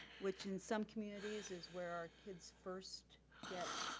which in some communities is where our kids first get